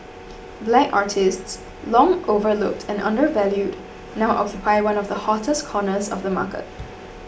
black artists long overlooked and undervalued now occupy one of the hottest corners of the market